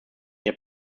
ihr